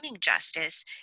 justice